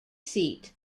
seat